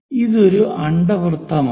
ഇതൊരു അണ്ഡവൃത്തമാണ്